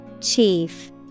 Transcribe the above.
Chief